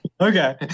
Okay